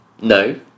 No